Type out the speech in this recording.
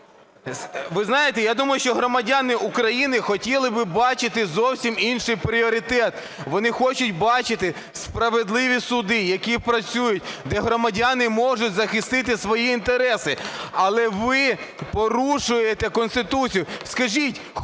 Ви знаєте, я думаю, що громадяни України хотіли би бачити зовсім інший пріоритет: вони хочуть бачити справедливі суди, які працюють, де громадяни можуть захистити свої інтереси. Але ви порушуєте Конституцію. Скажіть, хто